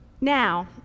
Now